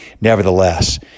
nevertheless